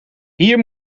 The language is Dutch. hier